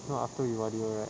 no after we O_R_D right